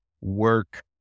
work